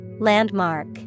Landmark